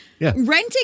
Renting